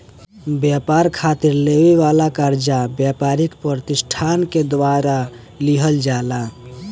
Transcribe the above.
ब्यपार खातिर लेवे जाए वाला कर्जा ब्यपारिक पर तिसठान के द्वारा लिहल जाला